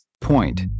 Point